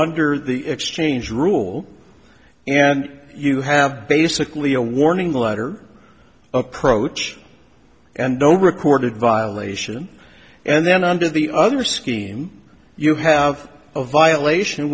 under the exchange rule and you have basically a warning letter approach and no recorded violation and then under the other scheme you have a violation